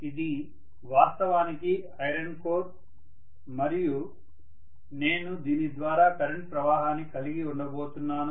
ఇది వాస్తవానికి iron core మరియు నేను దీని ద్వారా కరెంట్ ప్రవాహాన్ని కలిగి ఉండబోతున్నాను